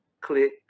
Click